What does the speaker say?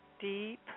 Deep